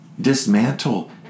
dismantle